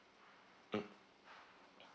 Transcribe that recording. mm